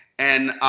and